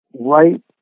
right